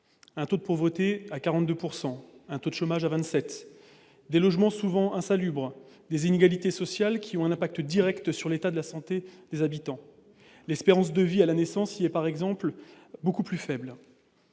un taux de pauvreté à 42 %, un taux de chômage à 27 %, souvent des logements insalubres. Ces inégalités sociales ont un impact direct sur l'état de santé des habitants : l'espérance de vie à la naissance y est, par exemple, beaucoup plus faible.